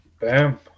Bam